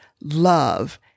love